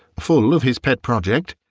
full of his pet project,